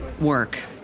work